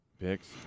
picks